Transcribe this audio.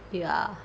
ya